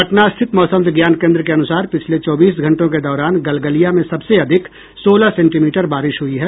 पटना स्थित मौसम विज्ञान केन्द्र के अनुसार पिछले चौबीस घंटों के दौरान गलगलिया में सबसे अधिक सोलह सेंटीमीटर बारिश हुई है